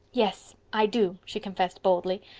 yes, i do, she confessed, boldly.